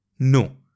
No